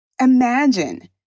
Imagine